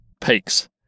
peaks